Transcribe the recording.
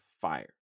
fire